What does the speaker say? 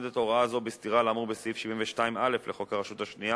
עומדת הוראה זו בסתירה לאמור בסעיף 72א לחוק הרשות השנייה,